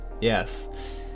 yes